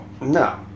No